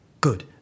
Good